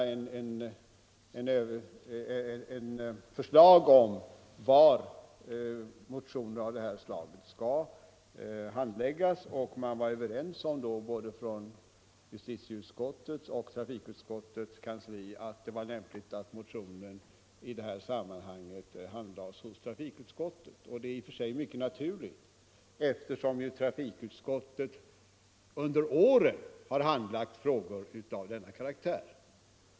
Man framlägger där förslag om var motioner av detta slag skall handläggas, och i detta fall var justitieutskottets kansli och trafikutskottets kansli överens om att det var lämpligt att motionen behandlades av trafikutskottet. Det är i och för sig naturligt, eftersom trafikutskottet tidigare har handlagt frågor av denna karaktär.